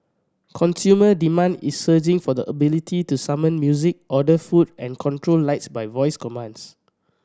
consumer demand is surging for the ability to summon music order food and control lights by voice commands